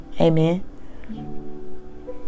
Amen